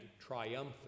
triumphant